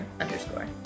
underscore